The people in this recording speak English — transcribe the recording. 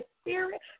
Spirit